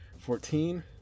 Fourteen